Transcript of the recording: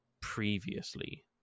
previously